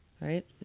right